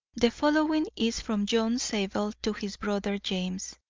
the following is from john zabel to his brother james,